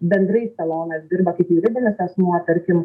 bendrai salonas dirba kaip juridinis asmuo tarkim